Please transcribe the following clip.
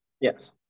Yes